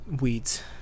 Weeds